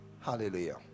hallelujah